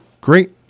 great